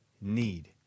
need